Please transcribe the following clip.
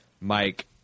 Mike